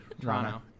Toronto